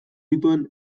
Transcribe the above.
zituen